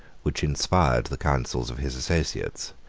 which inspired the councils of his associates,